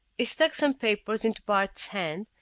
he stuck some papers into bart's hand,